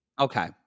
Okay